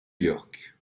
york